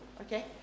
Okay